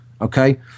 okay